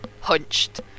hunched